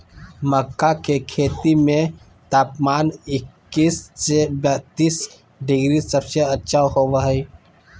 मक्का के खेती में तापमान इक्कीस से बत्तीस डिग्री सबसे अच्छा होबो हइ